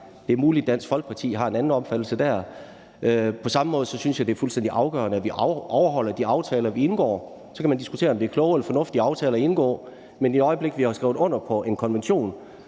Det er muligt, at Dansk Folkeparti har en anden opfattelse der. På samme måde synes jeg, at det er fuldstændig afgørende, at vi overholder de aftaler, vi indgår. Så kan man diskutere, om det er kloge og fornuftige aftaler at indgå, men i det øjeblik vi har skrevet under på en konvention,